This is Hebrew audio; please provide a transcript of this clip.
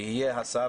יהיה כאן השר.